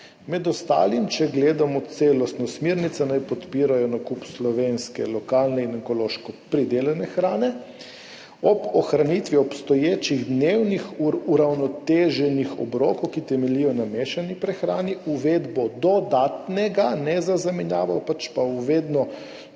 med ostalim, če gledamo celostno smernice, naj podpirajo nakup slovenske lokalne in ekološko pridelane hrane; ob ohranitvi obstoječih dnevnih uravnoteženih obrokov, ki temeljijo na mešani prehrani, uvedbo dodatnega, ne za zamenjavo, pač pa uvedbo